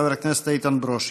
חבר הכנסת איתן ברושי.